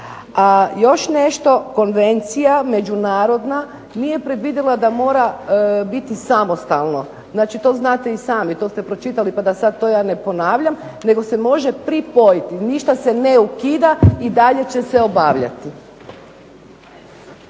A još nešto. Konvencija međunarodna nije predvidjela da mora biti samostalno. Znači, to znate i sami, to ste pročitali pa da sad to ja ne ponavljam, nego se može pripojiti. Ništa se ne ukida i dalje će se obavljati.